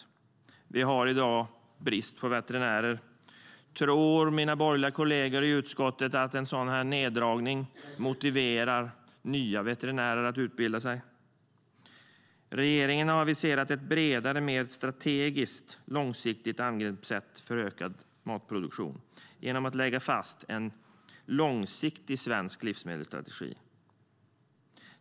Vi har i dag brist på veterinärer. Tror mina borgerliga kolleger i utskottet att en sådan neddragning motiverar nya studenter att utbilda sig till veterinärer? Regeringen har aviserat ett bredare, mer strategiskt och långsiktigt angreppssätt för ökad matproduktion genom att lägga fast en långsiktig svensk livsmedelsstrategi.